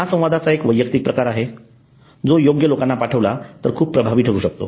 हा संवादाचा एक वैयक्तिक प्रकार आहे जो योग्य लोकांना पाठवला तर खूप प्रभावी ठरू शकतो